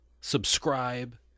subscribe